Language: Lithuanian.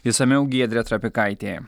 išsamiau giedrė trapikaitė